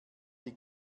die